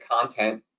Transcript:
content